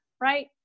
right